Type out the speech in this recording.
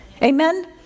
Amen